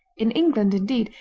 in england, indeed,